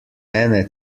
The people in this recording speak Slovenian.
ene